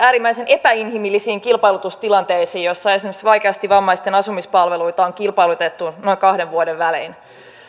äärimmäisen epäinhimillisiin kilpailutustilanteisiin joissa esimerkiksi vaikeasti vammaisten asumispalveluita on kilpailutettu noin kahden vuoden välein